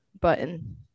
button